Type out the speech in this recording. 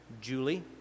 Julie